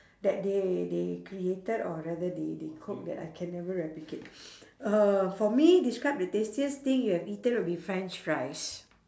that they they created or rather they they cook that I can never replicate uh for me describe the tastiest thing you have eaten would be french fries